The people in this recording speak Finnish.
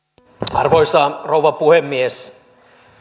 arvoisa rouva puhemies